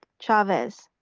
chavez,